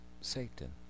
Satan